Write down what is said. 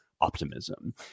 optimism